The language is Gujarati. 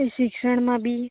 શિક્ષણમાં બી